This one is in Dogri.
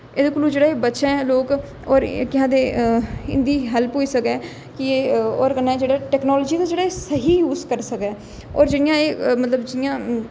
एह्दे कोला जेह्ड़े बच्चे न लोक होर केह् आखदे इं'दी हैल्प होई सकै कि एह् होर कन्नै जेह्ड़ा टैक्नोलाजी दा जेह्ड़ा स्हेई यूज करी सकै होर जियां एह् मतलब जियां